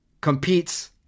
competes